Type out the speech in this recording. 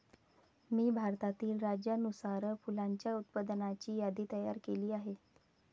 मी भारतातील राज्यानुसार फुलांच्या उत्पादनाची यादी तयार केली आहे